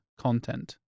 content